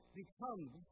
becomes